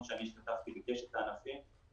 מדינה למסלול סיוע מוגבר לעסקים בסיכון.